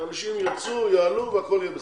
אנשים ירצו, יעלו והכול יהיה בסדר.